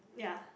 ya